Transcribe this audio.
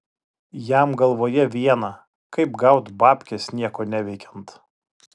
jam galvoje viena kaip gaut babkes nieko neveikiant